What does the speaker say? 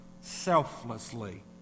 selflessly